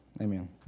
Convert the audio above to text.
Amen